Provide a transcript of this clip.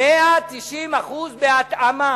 190% בהתאמה.